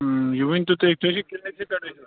یہِ ؤنۍتَو تُہۍ تُہِنٛدِس کلِنِکَس پیٚٹھ ٲسۍوا